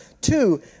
Two